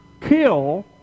kill